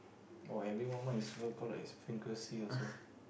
!wah! everyone mic is see also